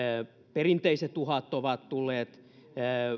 perinteiset uhat ovat tulleet